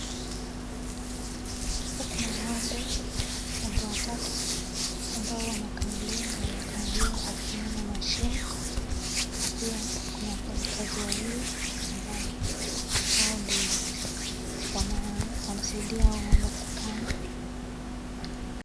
Hapa kuna ng'ombe, ng'ombe watatu ambao wanakamuliwa na wanakamuliwa kutumia (machine). Pia kuna wafanya kazi wawili ambao wao ndi wanasidia hao ng'ombe kukama.